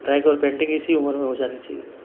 drawing और painting इसी उम्र में हो जानी चाहिए